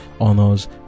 honors